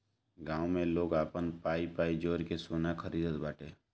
गांव में लोग आपन पाई पाई जोड़ के सोना खरीदत बाने